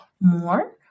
more